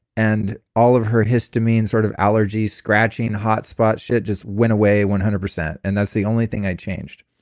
and all of her histamine sort of allergy, scratching hot-spot shit just went away one hundred percent, and that's the only thing i changed,